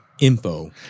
Info